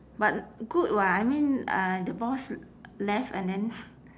but good [what] I mean uh the boss left and then